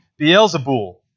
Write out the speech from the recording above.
Beelzebul